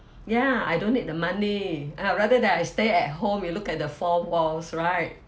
ya I don't need the money I would rather that I stay at home and look at the four walls right